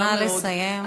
נא לסיים.